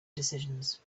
decisions